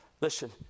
Listen